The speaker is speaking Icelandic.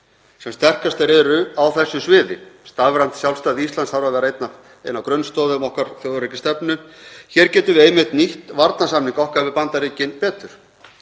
sem sterkastar eru á þessu sviði. Stafrænt sjálfstæði Íslands þarf að vera ein af grunnstoðum þjóðaröryggisstefnu okkar. Hér getum við einmitt nýtt varnarsamning okkar við Bandaríkin betur